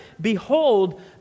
Behold